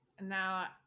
now